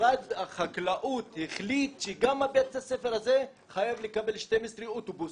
משרד החקלאות החליט שגם בית הספר הזה חייב לקבל 12 אוטובוסים,